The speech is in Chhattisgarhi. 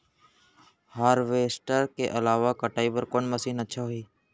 हारवेस्टर के अलावा कटाई बर कोन मशीन अच्छा होही?